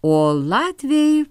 o latviai